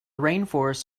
rainforests